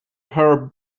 her